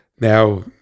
Now